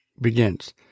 begins